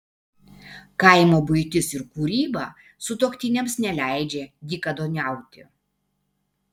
kaimo buitis ir kūryba sutuoktiniams neleidžia dykaduoniauti